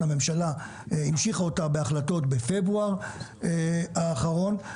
והממשלה המשיכה אותה בהחלטות בפברואר האחרון.